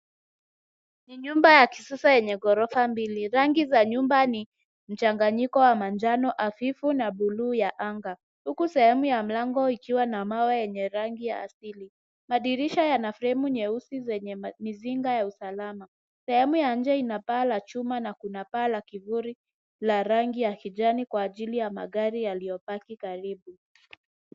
Ni nyumba ya kisasa yenye gorofa mbili. Rangi za nyumba ni mchangnyiko wa manjano afifu na buluu ya anga huku sehemu ya mlango ikuwe na mawe yenye rangi asili. Madirisha yana fremu nyeusi zenye za usalama. Sehemu ya nje ina paa la chuma na paa la kivuli la rangi ya kijani kwa ajili ya magari yalio baki karibu.